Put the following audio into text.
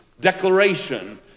declaration